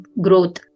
growth